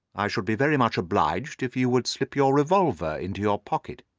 i should be very much obliged if you would slip your revolver into your pocket.